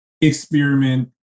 experiment